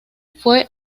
fue